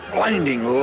Blinding